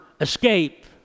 escape